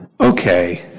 Okay